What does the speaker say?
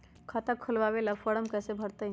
खाता खोलबाबे ला फरम कैसे भरतई?